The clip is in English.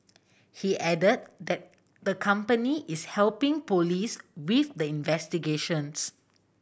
he added that the company is helping police with the investigations